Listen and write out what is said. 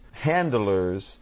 handlers